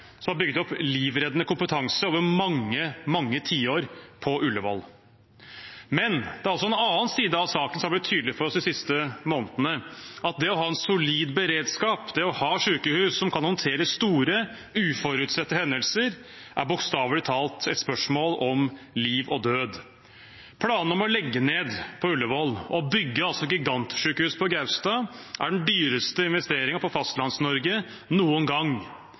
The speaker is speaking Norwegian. som har bygget opp livreddende kompetanse over mange, mange tiår på Ullevål. Men det er en annen side av saken som har blitt tydelig for oss de siste månedene: Det å ha en solid beredskap, det å ha sjukehus som kan håndtere store, uforutsette hendelser, er bokstavelig talt et spørsmål om liv og død. Planene om å legge ned på Ullevål og bygge gigantsjukehus på Gaustad er den dyreste investeringen i Fastlands-Norge noen gang,